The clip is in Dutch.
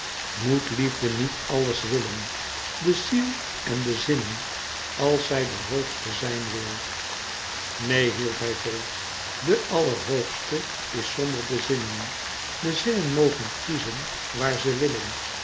moet liefde niet àlles willen de ziel en de zinnen als zij de hoogste zijn wil neen hield hij vol de allerhoogste is zonder de zinnen de zinnen mogen kiezen waar ze willen